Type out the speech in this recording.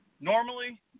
Normally